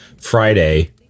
Friday